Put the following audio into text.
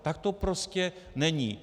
Tak to prostě není.